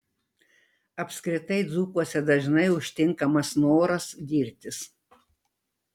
apskritai dzūkuose dažnai užtinkamas noras girtis